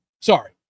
sorry